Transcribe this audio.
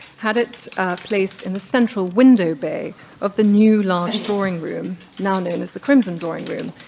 had it placed in the central window bay of the new large drawing room, now known as the crimson drawing room,